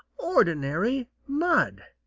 ordinary mud.